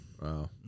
Wow